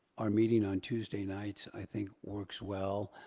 our meeting on tuesday nights, i think works well.